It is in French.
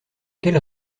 quelle